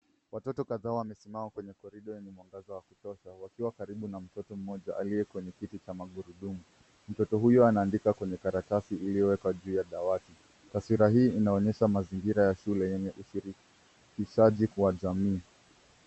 Watoto kadhaa wamesimama kwenye korido yenye mwangaza wa kutosha wakiwa karibu na mtoto mmoja alie kwenye kiti cha magurudumu. Mtoto huyo naandika kwenye karatasi iliyowekwa juu ya dawati. Taswira hii inaonyesha mazingira ya shule yenye ushirikishaji kwa jamii.